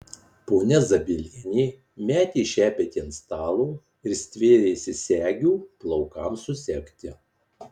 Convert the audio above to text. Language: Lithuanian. ponia zabielienė metė šepetį ant stalo ir stvėrėsi segių plaukams susegti